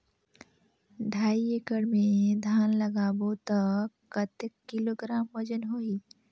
ढाई एकड़ मे धान लगाबो त कतेक किलोग्राम वजन होही?